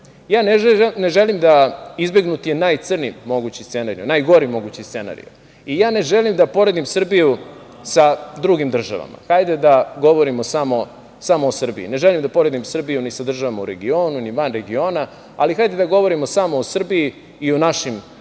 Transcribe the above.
Ja ne želim da, izbegnut je najcrnji mogući, najgori mogući scenario i ja ne želim da poredim Srbiju sa drugim državama. Hajde da govorimo samo o Srbiji, ne želim da poredim Srbiju ni sa državama u regionu ni van regiona, ali hajde da govorimo samo o Srbiji i o našim